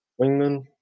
wingman